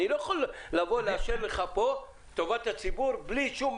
אני לא יכול לאשר לך פה "טובת הציבור" בלי שום